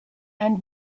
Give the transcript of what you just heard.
and